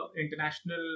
international